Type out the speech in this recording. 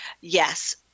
Yes